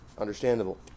understandable